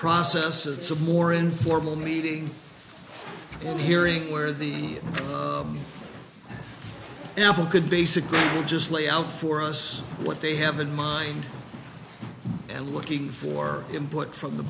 process it's a more informal meeting and hearing where the apple could basically just lay out for us what they have in mind and looking for input from the